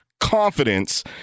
confidence